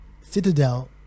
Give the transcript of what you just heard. Citadel